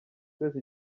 twese